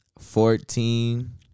Fourteen